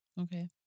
Okay